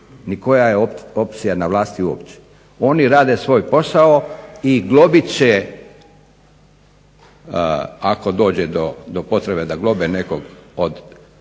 ni koja je opcija na vlasti uopće. Oni rade svoj posao i globit će ako dođe do potrebe da globe nekog od